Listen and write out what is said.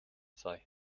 sei